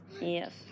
Yes